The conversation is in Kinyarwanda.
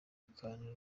akantu